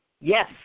Yes